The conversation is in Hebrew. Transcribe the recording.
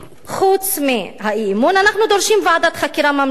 חוץ מהאי-אמון אנחנו דורשים ועדת חקירה ממלכתית,